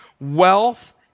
Wealth